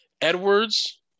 Edwards